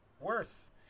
worse